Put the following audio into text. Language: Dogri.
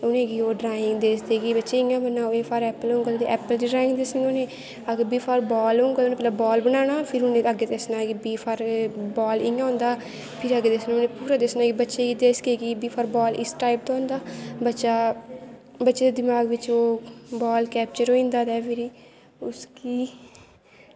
उ'नें गी ड्राइंग दसदे बच्चें गी कि इ'यां बनाओ ए फार ऐप्पल होंदा ते ऐप्पल दस्सना बच्चें गी फिर बी फार बाल होंदा ते बाल बनाना फिर अग्गैं दस्सना कि बी फार बॉल इ'यां होंदा फिर अग्गैं परा दस्सना कि बच्चें गी फार बाल इस टाईप दी होंदा बच्चे दे दमाक बिच्च बॉल कैपचर होई जंदा ते फिरी उस गी